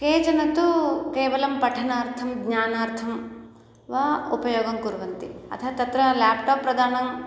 केचन तु केवलं पठनार्थं ज्ञानार्थं वा उपयोगं कुर्वन्ति अतः तत्र ल्याप्टाप् प्रदानम्